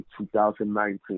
2019